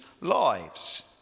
lives